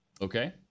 Okay